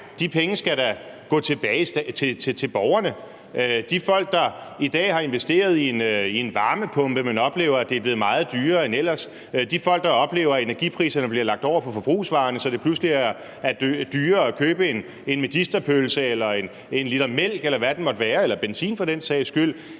de penge skal da gå tilbage til borgerne. De folk, der har investeret i en varmepumpe, men oplever, at det er blevet meget dyrere end ellers, de folk, der oplever, at energipriserne bliver lagt over på forbrugsvarerne, så det pludselig er dyrere at købe en medisterpølse eller en liter mælk, eller hvad det måtte